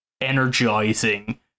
energizing